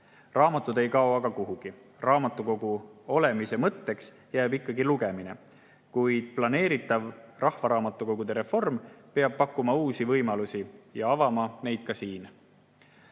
Raamatud ei kao aga kuhugi ja raamatukogude olemise mõtteks jääb ikkagi lugemine. Kuid planeeritav rahvaraamatukogude reform peab pakkuma uusi võimalusi ja avama neid ka siin.